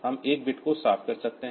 हम एक बिट को साफ कर सकते हैं